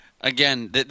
Again